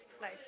nice